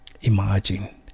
Imagine